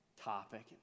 topic